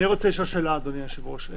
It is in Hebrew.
אני רוצה לשאול שאלה, אדוני היושב-ראש.